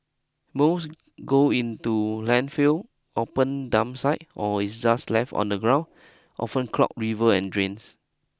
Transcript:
most go into landfills open dump sites or is just left on the ground often clog river and drains